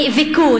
נאבקו,